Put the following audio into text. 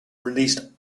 released